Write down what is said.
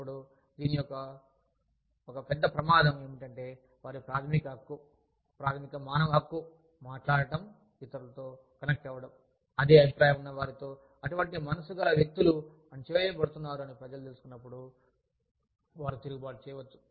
ఇప్పుడు దీని యొక్క ఒక పెద్ద ప్రమాదం ఏమిటంటే వారి ప్రాథమిక హక్కు ప్రాథమిక మానవ హక్కు మాట్లాడటం ఇతరులతో కనెక్ట్ అవ్వడం అదే అభిప్రాయం ఉన్న వారితో అటువంటి మనస్సు గల వ్యక్తులు అణచివేయబడుతున్నారు అని ప్రజలు తెలుసుకున్నప్పుడు అప్పుడు వారు తిరుగుబాటు చేయవచ్చు